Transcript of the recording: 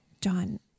John